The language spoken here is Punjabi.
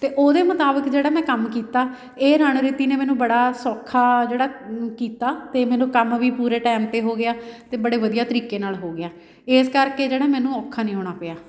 ਅਤੇ ਉਹਦੇ ਮੁਤਾਬਕ ਜਿਹੜਾ ਮੈਂ ਕੰਮ ਕੀਤਾ ਇਹ ਰਣਨੀਤੀ ਨੇ ਮੈਨੂੰ ਬੜਾ ਸੌਖਾ ਜਿਹੜਾ ਕੀਤਾ ਅਤੇ ਮੈਨੂੰ ਕੰਮ ਵੀ ਪੂਰੇ ਟਾਈਮ 'ਤੇ ਹੋ ਗਿਆ ਅਤੇ ਬੜੇ ਵਧੀਆ ਤਰੀਕੇ ਨਾਲ ਹੋ ਗਿਆ ਇਸ ਕਰਕੇ ਜਿਹੜਾ ਮੈਨੂੰ ਔਖਾ ਨਹੀਂ ਹੋਣਾ ਪਿਆ